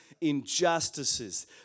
injustices